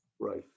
right